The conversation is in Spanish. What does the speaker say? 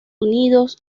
unidos